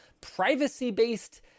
privacy-based